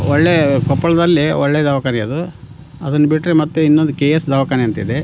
ಒಳ್ಳೆಯ ಕೊಪ್ಪಳದಲ್ಲಿ ಒಳ್ಳೆಯ ದವಾಖಾನೆ ಅದು ಅದನ್ನು ಬಿಟ್ಟರೆ ಮತ್ತು ಇನ್ನೊಂದು ಕೆ ಎಸ್ ದವಾಖಾನೆ ಅಂತಿದೆ